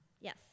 Yes